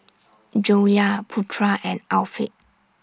Joyah Putra and Afiq